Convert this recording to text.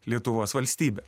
lietuvos valstybę